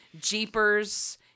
jeepers